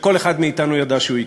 שכל אחד מאתנו ידע שהוא יקרה.